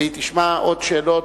והיא תשמע עוד שאלות.